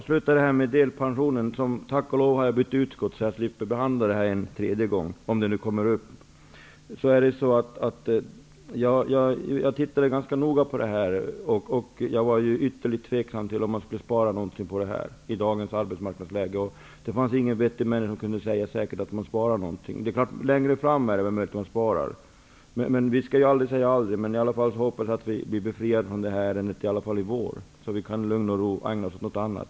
Herr talman! Tack och lov har jag bytt utskott, så jag slipper att behandla frågan om delpension en tredje gång om den skulle komma upp. Jag tittade noga på det här, och jag tycker att det är ytterligt tveksamt om man skulle spara någonting på det här i dagens arbetsmarknadsläge. Det fanns ingen vettig människa som kunde säga att man skulle spara något. Längre fram är det möjligt att man sparar. Vi skall aldrig säga aldrig, men jag hoppas att vi blir befriade från det här ärendet i alla fall i vår, så att vi i lugn och ro kan ägna oss åt annat.